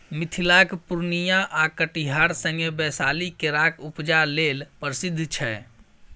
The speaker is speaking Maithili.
मिथिलाक पुर्णियाँ आ कटिहार संगे बैशाली केराक उपजा लेल प्रसिद्ध छै